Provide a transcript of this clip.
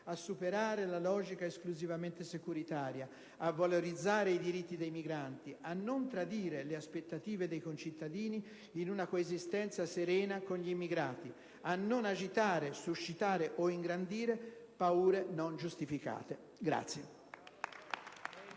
a superare la logica esclusivamente securitaria, a valorizzare i diritti dei migranti, a non tradire le aspettative dei concittadini in una coesistenza serena con gli immigrati, a non agitare, suscitare o ingrandire paure non giustificate.